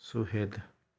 ᱥᱩᱦᱮᱫᱽ